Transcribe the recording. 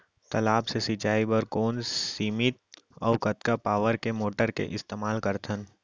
तालाब से सिंचाई बर कोन सीमित अऊ कतका पावर के मोटर के इस्तेमाल करथन?